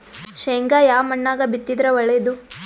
ಶೇಂಗಾ ಯಾ ಮಣ್ಣಾಗ ಬಿತ್ತಿದರ ಒಳ್ಳೇದು?